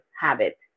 habit